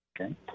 Okay